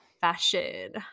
fashion